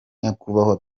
nyakubahwa